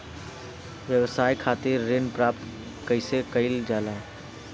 व्यवसाय खातिर ऋण प्राप्त कइसे कइल जाला?